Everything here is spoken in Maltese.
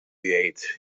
jgħid